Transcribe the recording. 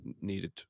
needed